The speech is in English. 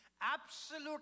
absolute